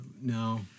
No